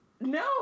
No